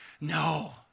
No